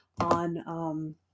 on